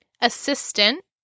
assistant